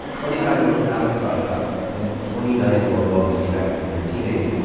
twenty-five-year-old alex bobkov and twenty nine year old vova sivek and their teammates,